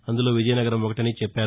అందులో విజయనగరం ఒకటని చెప్పారు